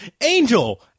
Angel